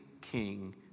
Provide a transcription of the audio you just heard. king